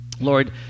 Lord